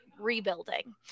rebuilding